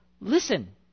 listen